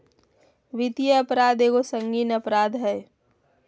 वित्तीय अपराध एगो संगीन अपराध हइ